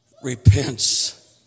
repents